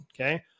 okay